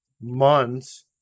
months